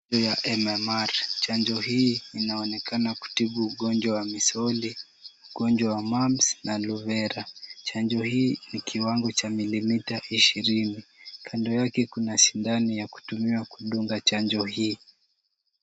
Chanjo ya mmr , chanjo hii inaonekana kutibu ugonjwa wa misoli, ugonjwa wa mamps na ugonjwa wa rubella. Chanjo hii ni kiwango cha mililita ishirini. Kando yake kuna sindano ya kutumiwa kudunga chanjo hii.